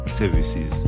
services